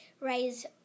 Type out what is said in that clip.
raise